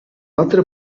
altre